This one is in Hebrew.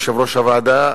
יושב-ראש הוועדה,